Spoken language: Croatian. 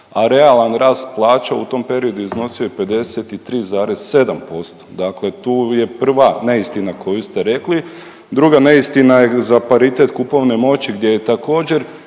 a realan rast plaća u tom periodu iznosio je 53,7%, dakle tu je prva neistina koju ste rekli. Druga neistina je za paritet kupovne moći gdje je također